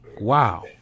Wow